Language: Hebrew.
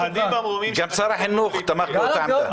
סהדי במרומים --- גם שר החינוך תמך באותה עמדה.